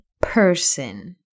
person